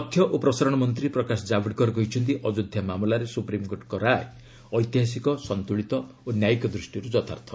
ତଥ୍ୟ ଓ ପ୍ରସାରଣ ମନ୍ତ୍ରୀ ପ୍ରକାଶ ଜାଭଡେକର କହିଛନ୍ତି ଅଯୋଧ୍ୟା ମାମଲାରେ ସୁପ୍ରିମ୍କୋର୍ଟଙ୍କ ରାୟ ଐତିହାସିକ ସନ୍ତୁଳିତ ଓ ନ୍ୟାୟିକ ଦୃଷ୍ଟିରୁ ଯଥାର୍ଥ